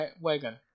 wagon